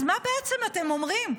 אז מה בעצם אתם אומרים?